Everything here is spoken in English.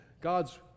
God's